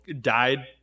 died